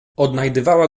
odnajdywała